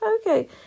Okay